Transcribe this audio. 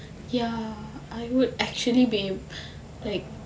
ya I would actually be like